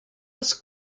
oes